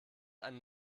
eine